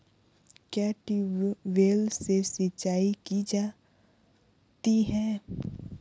क्या ट्यूबवेल से सिंचाई की जाती है?